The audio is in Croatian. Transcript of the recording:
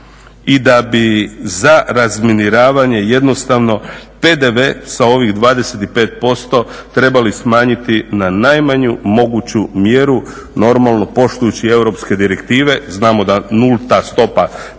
i da bi za razminiravanje jednostavno PDV sa ovih 25% trebali smanjiti na najmanju moguću mjeru, normalno poštujući europske direktive. Znamo da nulta stopa